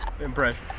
Impression